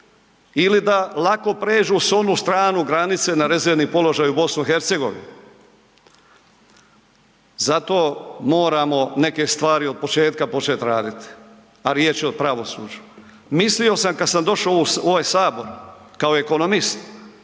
ili da lako pređu s onu stranu granice na rezervni položaj u BiH. Zato moramo neke stvari od početka početi raditi, a riječ je o pravosuđu. Mislio sam kad sam došao u ovaj sabor, kao ekonomist,